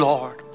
Lord